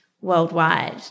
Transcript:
worldwide